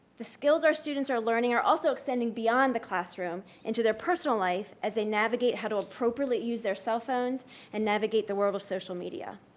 the skills our students are learning are also extending beyond the classroom into their personal life as they navigate how to appropriately use their cellphones and navigate the world of social media.